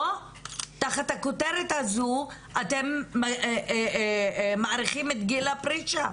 תחת הכותרת הזו אתם מאריכים את גיל הפרישה,